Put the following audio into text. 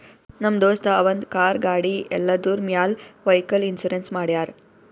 ನಮ್ ದೋಸ್ತ ಅವಂದ್ ಕಾರ್, ಗಾಡಿ ಎಲ್ಲದುರ್ ಮ್ಯಾಲ್ ವೈಕಲ್ ಇನ್ಸೂರೆನ್ಸ್ ಮಾಡ್ಯಾರ್